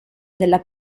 della